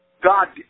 God